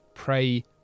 pray